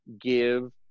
give